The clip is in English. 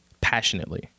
passionately